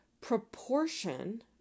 Proportion